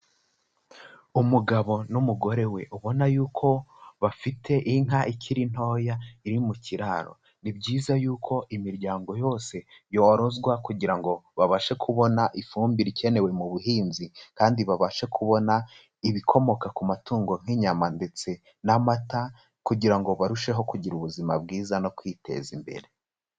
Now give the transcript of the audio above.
Umugabo n'umugore we ubona yuko bafite inka ikiri ntoya iri mu kiraro. Ni byiza yuko imiryango yose yorozwa kugira ngo babashe kubona ifumbire ikenewe mu buhinzi, kandi babashe kubona ibikomoka ku matungo nk'inyama ndetse n'amata, kugira ngo barusheho kugira ubuzima bwiza no kwiteza imbere.